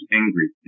angry